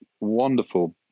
wonderful